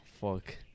Fuck